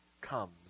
comes